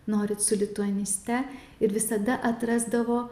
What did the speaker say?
norite su lituaniste ir visada atrasdavo